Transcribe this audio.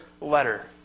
letter